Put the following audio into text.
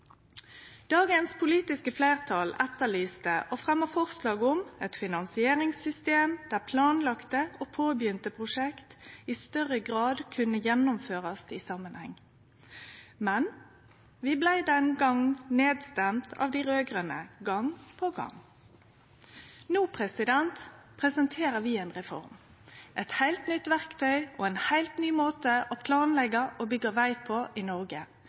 Dagens politiske fleirtal etterlyste, og fremja forslag om, eit finansieringssystem der planlagde og påbyrja prosjekt i større grad kunne gjennomførast i samanheng, men vi blei nedstemde av dei raud-grøne gong på gong. No presenterer vi ei reform – eit heilt nytt verktøy og ein heilt ny måte å planleggje og byggje veg på i Noreg